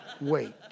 wait